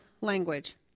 language